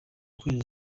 kwezi